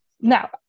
Now